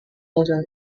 also